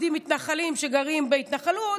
שר ביטחון יהודים מתנחלים שגרים בהתנחלות,